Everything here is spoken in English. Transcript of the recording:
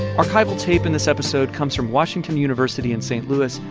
archival tape in this episode comes from washington university in st. louis,